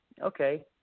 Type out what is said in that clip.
Okay